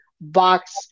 box